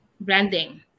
branding